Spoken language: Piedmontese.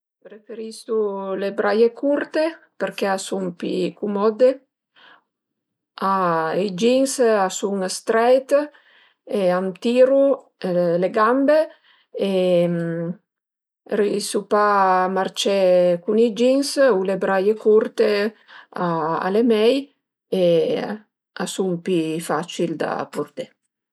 Preferisu le braie curte perché a sun pi cumodde, i jeans a sun streit e a tiru le gambe e riesu pa a marcé cun i jeans, u le braie curte al e mei e a sun pi facil da purté